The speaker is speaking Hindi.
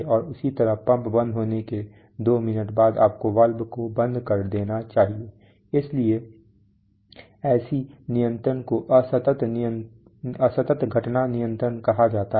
और इसी तरह पंप बंद होने के दो मिनट बाद आपको वाल्व को बंद कर देना चाहिए इसलिए ऐसी नियंत्रण को असतत घटना नियंत्रण कहा जाता है